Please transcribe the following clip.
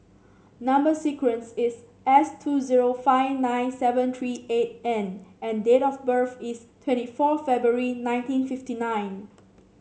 number sequence is S two zero five nine seven three eight N and date of birth is twenty four February nineteen fifty nine